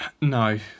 No